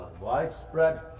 widespread